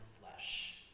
flesh